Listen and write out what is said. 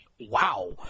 wow